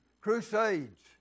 crusades